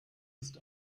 ist